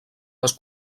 les